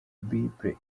bible